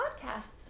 podcasts